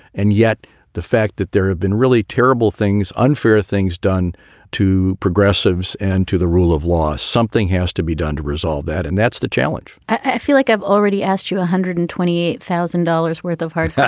and yet the fact that there have been really terrible things, unfair things done to progressive's and to the rule of law, something has to be done to resolve that. and that's the challenge i feel like i've already asked you one hundred and twenty thousand dollars worth of hard knocks.